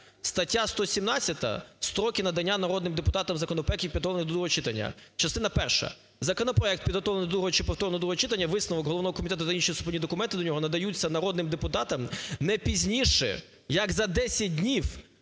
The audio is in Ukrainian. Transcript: стаття 117 "Строки надання народним депутатам законопроектів, підготовлених до другого читання". Частина перша: "Законопроект, підготовлений до другого чи повторного другого читання, висновок головного комітету та інші супровідні документи до нього надаються народним депутатам не пізніш як за десять днів